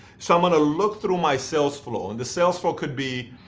so i'm going to look through my sales flow, and the sales flow could be,